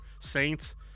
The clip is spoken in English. Saints